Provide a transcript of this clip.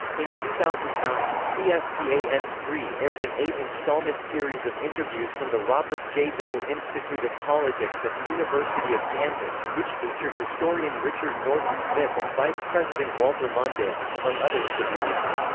in two thousand and nine, c s p a n three aired an eight-installment series of interviews from the robert j. dole institute of politics at the university of kansas, which featured historian richard norton smith and vice president walter mondale, among other interviewees.